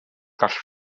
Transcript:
gall